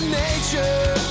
nature